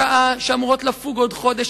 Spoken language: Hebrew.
שעה שאמורות לפוג עוד חודש,